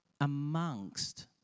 amongst